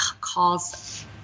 calls